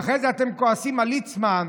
ואחרי זה אתם כועסים על ליצמן,